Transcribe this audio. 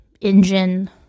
engine